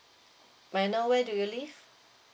may I know where do you live